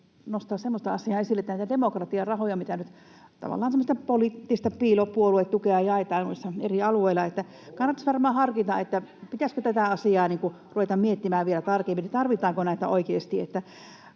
nostaa esille semmoista asiaa, että näitä demokratiarahoja, tavallaan tämmöistä poliittista piilopuoluetukea, jaetaan noilla eri alueilla. Kannattaisi varmaan harkita, pitäisikö tätä asiaa ruveta miettimään vielä tarkemmin, tarvitaanko näitä oikeasti.